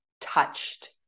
touched